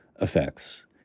effects